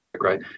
right